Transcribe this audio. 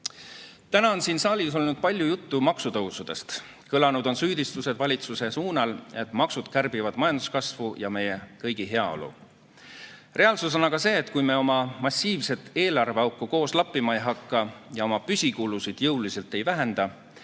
on siin saalis olnud palju juttu maksutõusudest, kõlanud on süüdistused valitsuse suunal, et maksud kärbivad majanduskasvu ja meie kõigi heaolu. Reaalsus on aga see, et kui me oma massiivset eelarveauku koos lappima ei hakka ja oma püsikulusid jõuliselt ei vähenda,